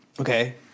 Okay